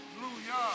Hallelujah